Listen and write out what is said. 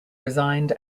resigned